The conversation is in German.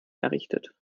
errichtet